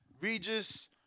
Regis